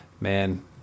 Man